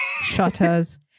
shutters